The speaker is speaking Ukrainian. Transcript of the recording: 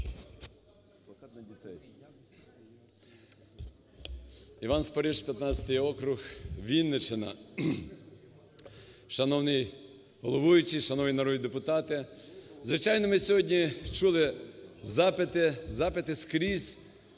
Іван Спориш, 15 округ Вінниччина. Шановний головуючий, шановні народні депутати, звичайно, ми сьогодні чули запити.